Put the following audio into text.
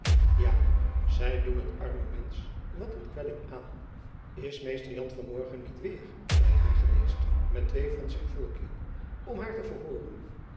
ja zy doen het arme mensch wat een kwelling aan is mr jan van morgen niet weêr by haar geweest met twee van zijn volkjen om haar te